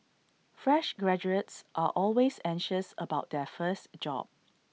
fresh graduates are always anxious about their first job